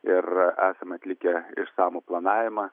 ir esame atlikę išsamų planavimą